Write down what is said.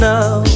Now